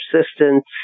assistance